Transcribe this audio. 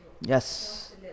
Yes